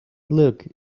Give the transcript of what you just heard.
look